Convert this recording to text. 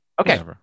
Okay